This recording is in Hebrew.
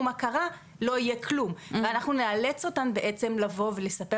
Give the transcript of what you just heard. מה קרה לא יהיה כלום ואנחנו נאלץ אותן בעצם לבוא ולספר